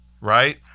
right